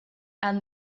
and